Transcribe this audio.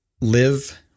live